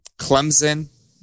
Clemson